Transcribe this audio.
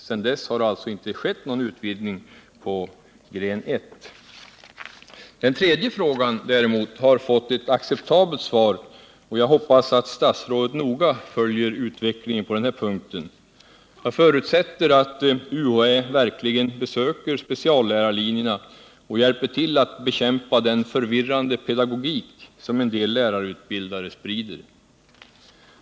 Sedan dess har ingen utvidgning skett av gren 1. På den tredje frågan har jag däremot fått ett acceptabelt svar. Jag hoppas att statsrådet noga följer utvecklingen på denna punkt. Jag förutsätter att UHÄ verkligen besöker speciallärarlinjerna och hjälper till med att bekämpa den förvirrande pedagogik som en del lärarutbildare sprider.